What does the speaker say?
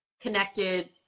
connected